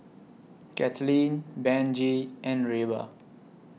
Kathlene Benji and Reba